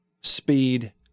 speed